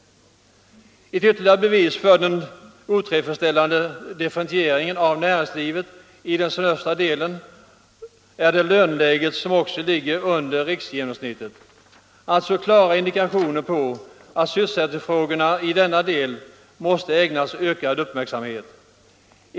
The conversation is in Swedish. Ett ytterligare bevis på den otillfredsställande differientieringen av näringslivet i landets sydöstra del är löneläget, som ligger under riksgenomsnittet. Detta är alltså klara indikationer på att sysselsättningsfrågorna i denna landsdel måste ägnas ökad uppmärksamhet.